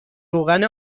روغن